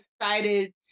excited